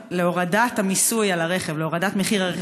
להורדת המיסוי על הרכב, להורדת מחיר הרכב.